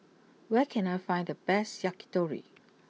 where can I find the best Yakitori